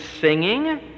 singing